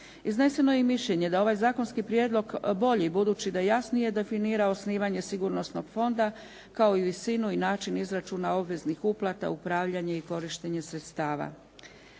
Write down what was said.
Izneseno je i mišljenje da ovaj zakonski prijedlog bolji, budući da jasnije definira osnivanje sigurnosnog fonda kao i visinu i način izračuna obveznih uplata, upravljanje i korištenje sredstava.